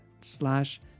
slash